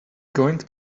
going